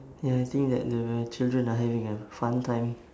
ya I think that the v~ children are having a fun time